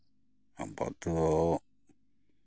ᱟᱵᱚ ᱫᱚ